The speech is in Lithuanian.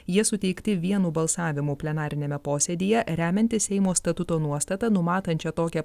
jie suteikti vienu balsavimu plenariniame posėdyje remiantis seimo statuto nuostata numatančia tokią